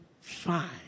fine